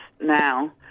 Now